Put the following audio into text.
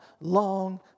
long